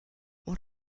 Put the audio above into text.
what